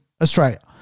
Australia